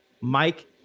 mike